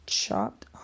chopped